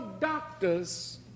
doctors